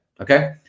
Okay